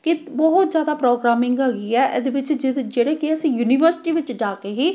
ਕਿ ਬਹੁਤ ਜ਼ਿਆਦਾ ਪ੍ਰੋਗਰਾਮਿੰਗ ਹੈਗੀ ਆ ਇਹਦੇ ਵਿੱਚ ਜਿਹਦੇ ਜਿਹੜੇ ਕਿ ਅਸੀਂ ਯੂਨੀਵਰਸਿਟੀ ਵਿੱਚ ਜਾ ਕੇ ਹੀ